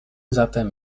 zatem